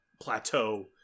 plateau